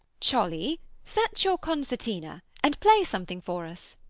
cholly fetch your concertina and play something for us.